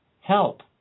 Help